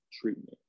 treatment